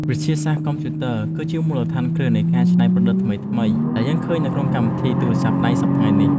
វិទ្យាសាស្ត្រកុំព្យូទ័រ គឺជាមូលដ្ឋានគ្រឹះនៃការច្នៃប្រឌិតថ្មីៗដែលយើងឃើញនៅក្នុងកម្មវិធីទូរស័ព្ទដៃសព្វថ្ងៃនេះ។